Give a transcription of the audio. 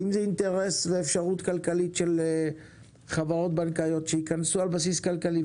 אם זה אינטרס ואפשרות כלכלית של חברות בנקאיות שייכנסו על בסיס כלכלי,